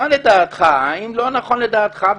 האם לא נכון לדעתך,